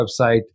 website